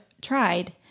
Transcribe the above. tried